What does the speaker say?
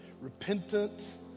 repentance